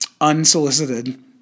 Unsolicited